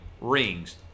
rings